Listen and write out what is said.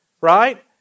Right